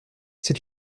c’est